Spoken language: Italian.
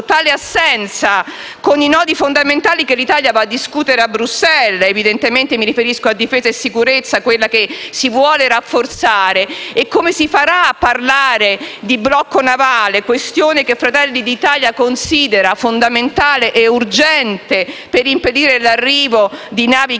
tale assenza con i nodi fondamentali che l'Italia va a discutere a Bruxelles. Evidentemente mi riferisco a difesa e sicurezza, quella che si vuole rafforzare. E come si farà a parlare di blocco navale, questione che Fratelli d'Italia considera fondamentale e urgente per impedire l'arrivo di navi